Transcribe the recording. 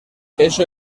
esto